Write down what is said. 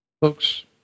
Folks